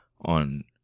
on